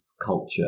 culture